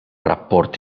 rapport